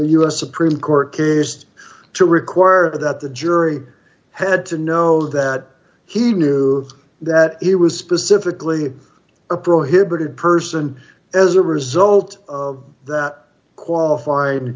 s supreme court case to require that the jury had to know that he knew that it was specifically a prohibited person as a result of that qualified